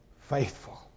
faithful